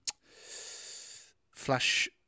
Flash